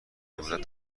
مدت